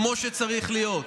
כמו שצריך להיות,